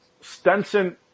Stenson